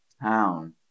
town